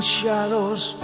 shadows